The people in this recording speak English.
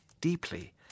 deeply